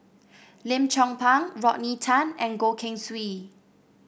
Lim Chong Pang Rodney Tan and Goh Keng Swee